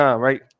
right